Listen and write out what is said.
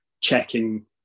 checking